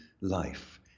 life